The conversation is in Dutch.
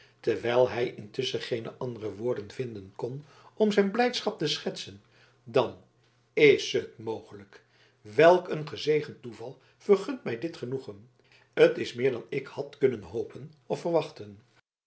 terwijl hij intusschen geene andere woorden vinden kon om zijn blijdschap te schetsen dan is het mogelijk welk een gezegend toeval vergunt mij dit genoegen t is meer dan ik had kunnen hopen of verwachten